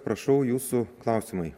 prašau jūsų klausimai